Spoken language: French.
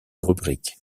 rubrique